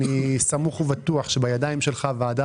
אני סמוך ובטוח שבידיים שלך הוועדה